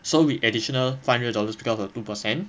so we additional five hundred dollars because of two percent